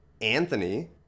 Anthony